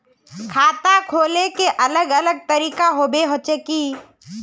खाता खोले के अलग अलग तरीका होबे होचे की?